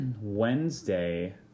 Wednesday